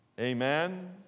Amen